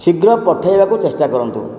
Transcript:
ଶୀଘ୍ର ପଠାଇବାକୁ ଚେଷ୍ଟା କରନ୍ତୁ